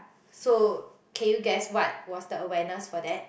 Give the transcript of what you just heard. so can you guess what was the awareness for that